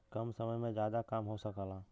कम समय में जादा काम हो सकला